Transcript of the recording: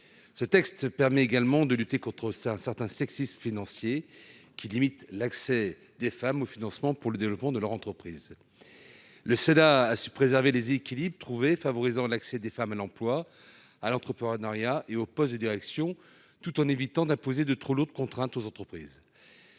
Ce texte permet également de lutter contre un certain sexisme financier qui limite l'accès des femmes aux financements pour le développement de leur entreprise. Le Sénat a su préserver les équilibres trouvés en favorisant l'accès des femmes à l'emploi, à l'entrepreneuriat et aux postes de direction, tout en évitant d'imposer de trop lourdes contraintes aux entreprises.